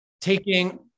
taking